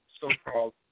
so-called